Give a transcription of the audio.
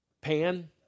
pan